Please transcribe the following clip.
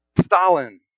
Stalin